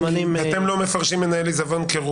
לבית המשפט אחרי שמתמנה מנהל העיזבון.